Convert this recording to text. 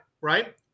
Right